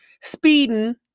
speeding